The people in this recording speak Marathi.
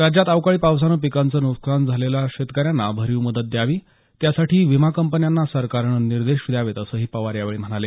राज्यात अवकाळी पावसानं पिकांचं नुकसान झालेल्या शेतक यांना भरीव मदत द्यावी त्यासाठी विमा कंपन्यांना सरकारनं निर्देश द्यावेत असंही पवार यावेळी म्हणाले